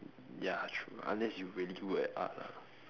ya true unless you really good at art ah